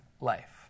life